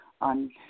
on